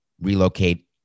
relocate